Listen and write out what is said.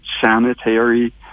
sanitary